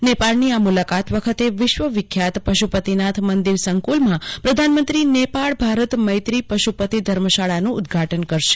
નેપાળની આ મુલાકાત વખતે વિશ્વવિખ્યાત પંશુપતિનાથ મંદિર સંકુલમાં પ્રધાનમંત્રી નેપાળ ભારત મૈત્રી પશુપતિ ધર્મશાળાનું ઉદઘાટન કરશે